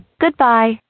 Goodbye